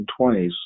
1920s